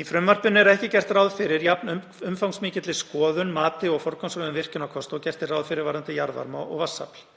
Í frumvarpinu er ekki gert ráð fyrir jafn umfangsmikilli skoðun, mati og forgangsröðun virkjunarkosta og gert er ráð fyrir varðandi jarðvarma og vatnsafl.